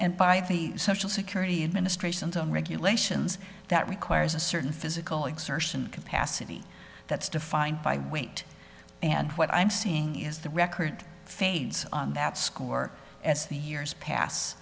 and by the social security administration to own regulations that requires a certain physical exertion capacity that's defined by weight and what i'm saying is the record fades on that score as the years pass